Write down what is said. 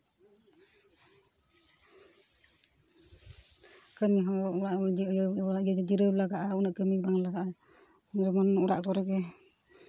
ᱠᱟᱹᱢᱤ ᱦᱚᱸ ᱚᱲᱟᱜ ᱨᱮ ᱡᱤᱨᱟᱹᱣ ᱞᱟᱜᱟᱜᱼᱟ ᱩᱱᱟᱹᱜ ᱠᱟᱹᱢᱤ ᱵᱟᱝ ᱞᱟᱜᱟᱜᱼᱟ ᱡᱮᱢᱚᱱ ᱚᱲᱟᱜ ᱠᱚᱨᱮ ᱜᱮ